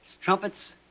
trumpets